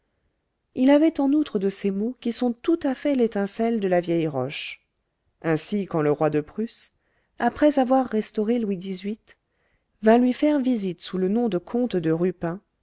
il avait en outre de ces mots qui sont tout à fait l'étincelle de la vieille roche ainsi quand le roi de prusse après avoir restauré louis xviii vint lui faire visite sous le nom de comte de ruppin